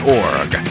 org